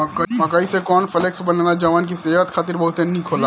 मकई से corn flakes बनेला जवन की सेहत खातिर बहुते निक होला